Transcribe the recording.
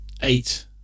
eight